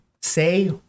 Say